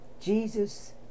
Jesus